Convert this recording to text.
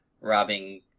robbing